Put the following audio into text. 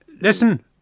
Listen